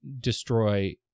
destroy